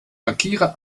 markiere